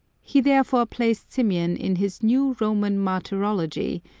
he therefore placed symeon in his new roman martyrology,